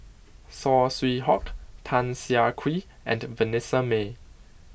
Saw Swee Hock Tan Siah Kwee and Vanessa Mae